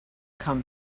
come